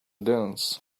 dunes